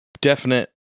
definite